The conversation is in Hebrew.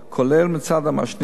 כולל מצד המעשנים,